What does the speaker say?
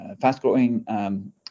fast-growing